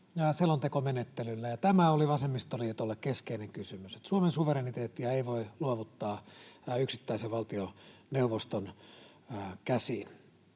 selontekomenettelyllä. Tämä oli vasemmistoliitolle keskeinen kysymys, että Suomen suvereniteettia ei voi luovuttaa yksittäisen valtioneuvoston käsiin.